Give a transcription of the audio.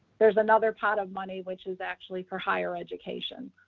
there's another pot of money, which is actually for higher education.